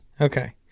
Okay